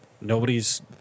Nobody's